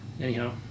anyhow